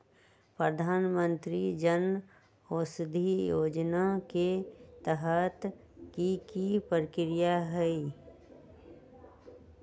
प्रधानमंत्री जन औषधि योजना के तहत की की प्रक्रिया होई?